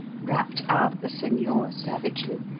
rapped out the senor savagely.